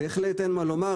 בהחלט אין מה לומר,